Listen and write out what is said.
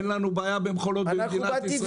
אין לנו בעיה במכולות במדינת ישראל.